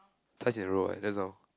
twice in a row eh just now